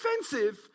offensive